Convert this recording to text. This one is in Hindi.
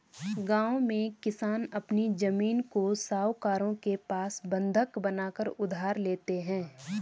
गांव में किसान अपनी जमीन को साहूकारों के पास बंधक बनाकर उधार लेते हैं